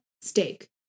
steak